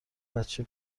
بچه